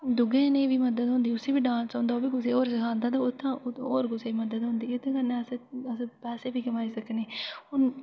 दुए जनें दी बी मदद होंदी उसी बी डांस औंदा ओह् बी कुसै होर गी सखांदा ते उत्थुआं होर कुसै दी मदद होंदी ओह्दे कन्नै अस पैसे बी कमाई सकने हुन